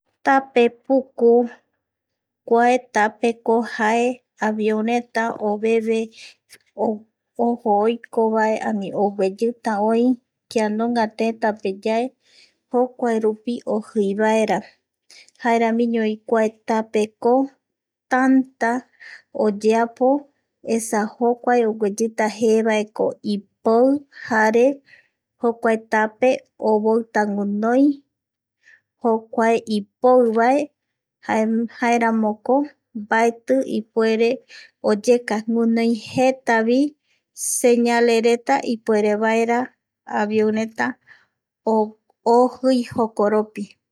Tape puku, kuae tapeko jae avio reta oveve ojo oiko vae, ani ogueyita oï, kia nunga tetapeyae jokuaerupi ojii vaera jaeramiñovi kuae tapeko tänta oyeapo esa jokuae ogueyita jee vaeko ipoi jare jokuae tape ovoita guinoi jokuae ipoi vae jaeramoko mbaeti ipuere oyeka guinoi jetavi señales reta ipuerevaeravi avion reta ojii jokoropi